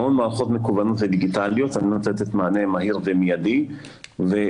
המון מערכות מקוונות ודיגיטליות על מנת לתת מענה מהיר ומיידי ובסוף,